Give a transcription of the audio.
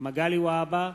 מגלי והבה,